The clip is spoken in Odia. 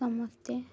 ସମସ୍ତେ